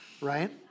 right